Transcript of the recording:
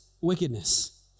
wickedness